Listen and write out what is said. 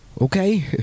Okay